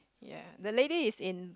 ya the lady is in